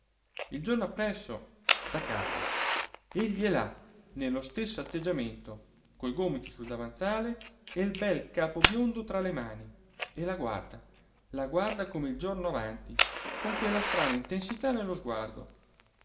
il giorno appresso da capo egli è là nello stesso atteggiamento coi gomiti sul davanzale e il bel capo biondo tra le mani e la guarda la guarda come il giorno avanti con quella strana intensità nello sguardo